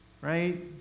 Right